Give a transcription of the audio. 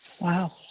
Wow